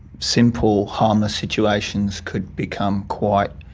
simple harmless situations could become quite